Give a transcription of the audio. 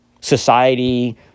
society